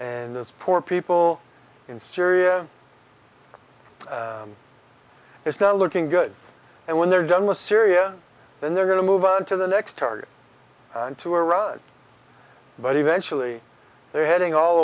and this poor people in syria it's not looking good and when they're done with syria then they're going to move on to the next target to iran but eventually they're heading all